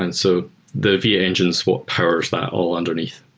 and so the v eight engine is what powers that all underneath.